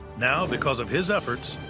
now, because of his efforts,